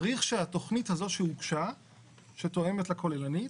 צריך שהתכנית הזאת שהוגשה שתואמת לכוללנית.